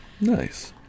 Nice